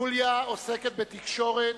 יוליה עוסקת בתקשורת,